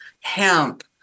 hemp